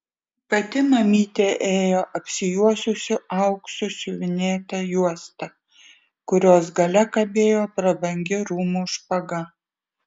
pati mamytė ėjo apsijuosusi auksu siuvinėta juosta kurios gale kabėjo prabangi rūmų špaga